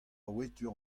wetur